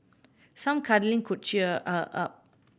some cuddling could cheer her up